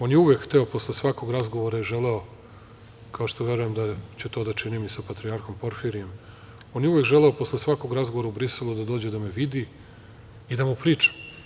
On je uvek hteo, posle svakog razgovora je želeo, kao što, verujem, da ću to da činim i sa patrijarhom Porfirijem, on je uvek želeo posle svakog razgovora u Briselu da dođe da me vidi i da mu pričam.